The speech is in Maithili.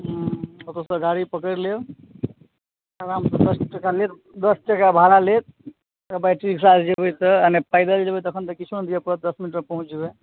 ओतऽसऽ गाड़ी पकड़ि लेब आरामसँ पच्चीस टका लेत दस टका भाड़ा लेत बैट्रिक सँ जेबै तऽ नहि पैदल जेबै तऽ किछो नहि दिअ पड़त दस मिनटमे पहुँच जेबै